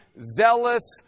zealous